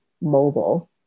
mobile